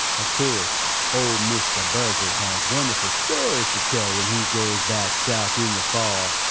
of course ol' mistah buzzard has wonderful stories to tell when he goes back south in the fall,